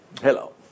Hello